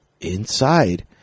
inside